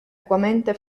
equamente